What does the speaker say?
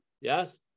Yes